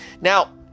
Now